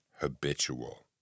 habitual